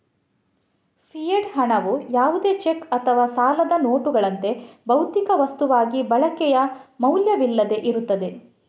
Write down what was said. fiat ಹಣವು ಯಾವುದೇ cheque ಅಥವಾ ಸಾಲದ ನೋಟುಗಳಂತೆ, ಭೌತಿಕ ವಸ್ತುವಾಗಿ ಬಳಕೆಯ ಮೌಲ್ಯವಿಲ್ಲದೆ ಇರುತ್ತದೆ